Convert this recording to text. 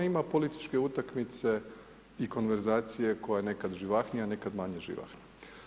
Ima političke utakmice i konverzacije koja je nekada živahnija, nekada manje živahna.